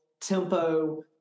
tempo